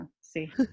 see